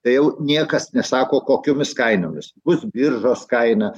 tai jau niekas nesako kokiomis kainomis bus biržos kaina